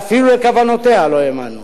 ואפילו לכוונותיה לא האמנו.